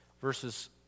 verses